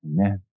Amen